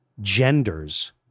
genders